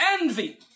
envy